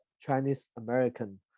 Chinese-American